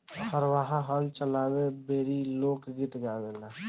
हरवाह हल चलावे बेरी लोक गीत गावेले